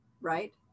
Right